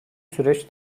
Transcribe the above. süreç